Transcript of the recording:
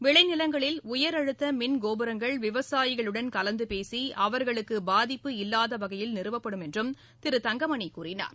விளை நிலங்களில் உயரழுத்த மின்கோபுரங்கள் விவசாயிகளுடன் கலந்து பேசி அவர்களுக்கு பாதிப்பு இல்லாத வகையில் நிறுவப்படும் என்றும் திரு தங்கமணி கூறினார்